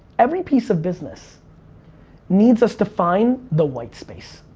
every piece of business needs us to find the white space.